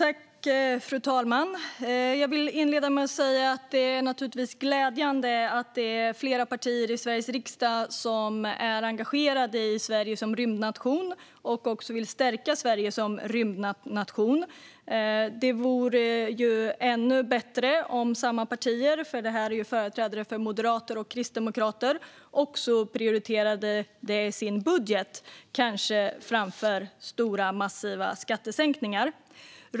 Fru talman! Inledningsvis vill jag säga att det naturligtvis är glädjande att flera partier i Sveriges riksdag är engagerade i frågan om Sverige som rymdnation och även vill stärka landet som rymdnation. Det vore ännu bättre om samma partier - här är det fråga om företrädare för Moderaterna och Kristdemokraterna - också prioriterade detta i sina budgetar, kanske framför massiva skattesänkningar.